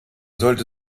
sollte